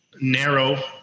narrow